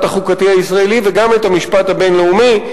החוקתי הישראלי וגם את המשפט הבין-לאומי.